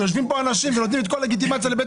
כשיושבים פה אנשים ונותנים את כל הלגיטימציה לבית